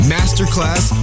Masterclass